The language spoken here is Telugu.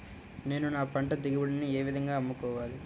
నేను నా పంట దిగుబడిని ఏ విధంగా అమ్ముకోవాలి?